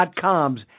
.com's